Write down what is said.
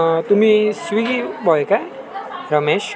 तुम्ही Swiggy boy काय रमेश